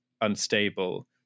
unstable